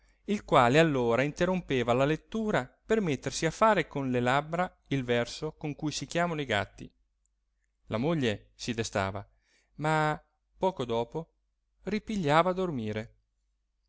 il quale allora interrompeva la lettura per mettersi a fare con le labbra il verso con cui si chiamano i gatti la moglie si destava ma poco dopo ripigliava a dormire